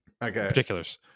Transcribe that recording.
particulars